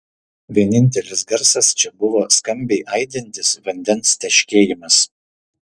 vienintelis garsas čia buvo skambiai aidintis vandens teškėjimas